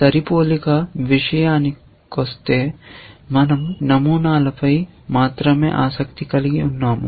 సరిపోలిక విషయానికొస్తే మనం నమూనాలపై మాత్రమే ఆసక్తి కలిగి ఉన్నాము